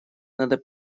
надо